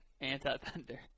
Anti-Thunder